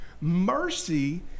Mercy